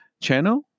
channel